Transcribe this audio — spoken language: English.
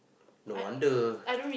no wonder